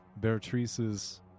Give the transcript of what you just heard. Beatrice's